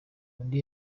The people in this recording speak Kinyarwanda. undi